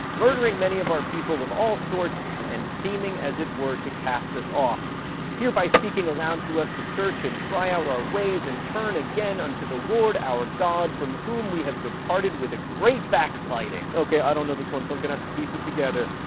murdering many of our people of all sorts and seeming as it were to cast us off hereby speaking aloud to us to search and try out our ways and turn again unto the lord our god from whom we have departed with a great backsliding. ok, i don't know this one, so i'm going to have to piece it together.